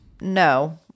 No